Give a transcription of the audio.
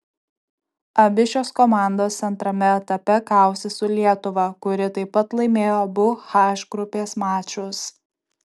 abi šios komandos antrame etape kausis su lietuva kuri taip pat laimėjo abu h grupės mačus